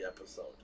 episode